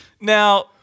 Now